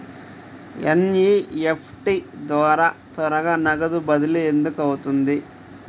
NEFT ద్వారా త్వరగా నగదు బదిలీ ఎందుకు అవుతుంది?